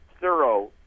thorough